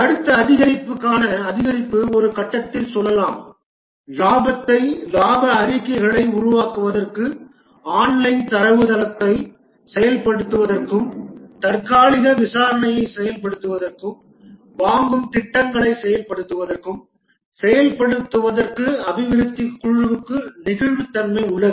அடுத்த அதிகரிப்பிற்கான அதிகரிப்பின் ஒரு கட்டத்தில் சொல்லலாம் இலாபத்தை இலாப அறிக்கைகளை உருவாக்குவதற்கும் ஆன்லைன் தரவுத்தளத்தை செயல்படுத்துவதற்கும் தற்காலிக விசாரணையை செயல்படுத்துவதற்கும் வாங்கும் திட்டங்களை செயல்படுத்துவதற்கும் செயல்படுத்துவதற்கும் அபிவிருத்தி குழுவுக்கு நெகிழ்வுத்தன்மை உள்ளது